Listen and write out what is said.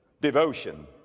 devotion